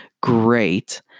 Great